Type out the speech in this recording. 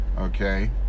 okay